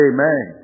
Amen